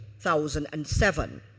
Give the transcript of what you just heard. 2007